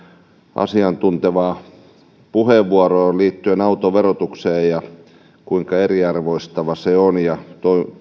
asiantuntevaa puheenvuoroa liittyen autoverotukseen kuinka eriarvoistava se on ja